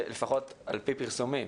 לפחות על פי פרסומים,